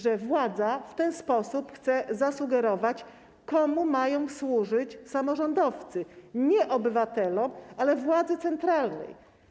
Że władza w ten sposób chce zasugerować, komu mają służyć samorządowcy - nie obywatelom, ale władzy centralnej.